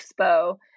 expo